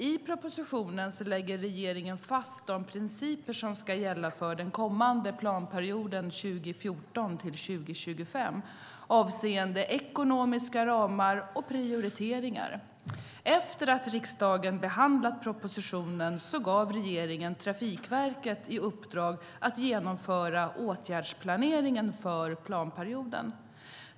I propositionen lägger regeringen fast de principer som ska gälla för den kommande planperioden 2014-2025 avseende ekonomiska ramar och prioriteringar. Efter att riksdagen behandlat propositionen gav regeringen Trafikverket i uppdrag att genomföra åtgärdsplaneringen för planperioden.